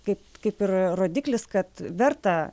kaip kaip ir rodiklis kad verta